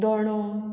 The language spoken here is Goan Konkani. दोणो